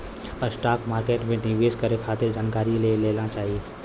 stock market में निवेश करे खातिर जानकारी ले लेना चाही